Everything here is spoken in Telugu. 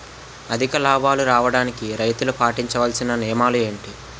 అధిక లాభాలు రావడానికి రైతులు పాటించవలిసిన నియమాలు ఏంటి